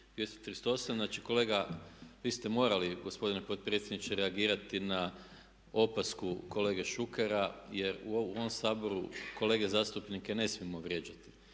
238. Znači, kolega vi ste morali gospodine predsjedniče reagirati na opasku kolege Šukera jer u ovom Saboru kolege zastupnike ne smijemo vrijeđati.